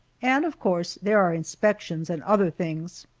and of course there are inspections and other things.